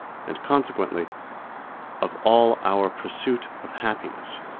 and consequently of all our pursuit of happiness,